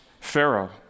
Pharaoh